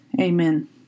Amen